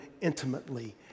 intimately